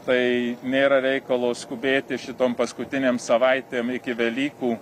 tai nėra reikalo skubėti šitom paskutinėm savaitėm iki velykų